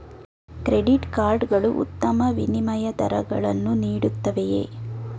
Credit card ಗಳು ಉತ್ತಮ ವಿನಿಮಯ ದರಗಳನ್ನು ನೀಡುತ್ತವೆಯೇ?